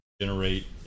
generate